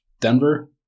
Denver